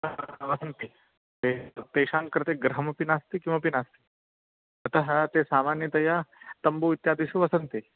वसन्ति तेषां कृते गृहमपि नास्ति किमपि नास्ति अतः ते सामान्यतया तम्बू इत्यादिषु वसन्ति